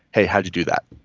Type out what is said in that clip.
hey, how'd you do that?